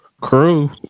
crew